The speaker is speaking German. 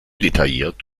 detailliert